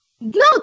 no